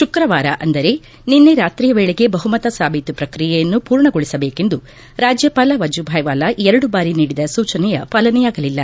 ಶುಕ್ರವಾರ ಅಂದರೆ ನಿನ್ನೆ ರಾತ್ರಿಯವೇಳೆಗೆ ಬಹುಮತ ಸಾಬೀತು ಪ್ರಕ್ರಿಯೆಯನ್ನು ಪೂರ್ಣಗೊಳಿಸಬೇಕೆಂದು ರಾಜ್ಞಪಾಲ ವಜುಭಾಯಿ ವಾಲಾ ಎರಡು ಬಾರಿ ನೀಡಿದ ಸೂಚನೆಯ ಪಾಲನೆಯಾಗಲಿಲ್ಲ